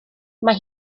mae